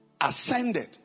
Ascended